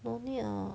no need ah